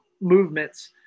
movements